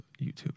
YouTube